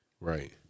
Right